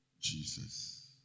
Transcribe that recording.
Jesus